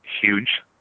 huge